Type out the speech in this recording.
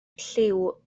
lliw